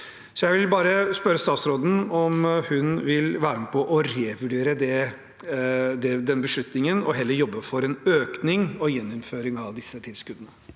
Jeg vil bare spørre statsråden om hun vil være med på å revurdere den beslutningen og heller jobbe for gjeninnføring og en økning av disse tilskuddene.